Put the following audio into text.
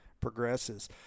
progresses